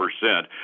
percent